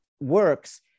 works